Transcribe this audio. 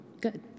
Good